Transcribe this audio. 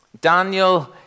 Daniel